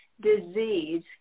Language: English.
disease